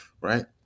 right